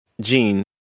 Gene